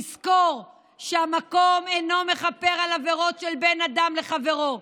תזכור שהמקום אינו מכפר על עבירות של בין אדם לחברו.